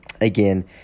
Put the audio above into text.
Again